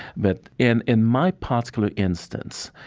but in in my particular instance,